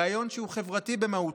רעיון שהוא חברתי במהותו,